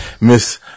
Miss